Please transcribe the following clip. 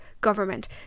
government